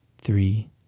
Three